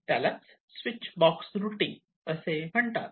त्याला switch box routing असे म्हणतात